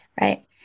right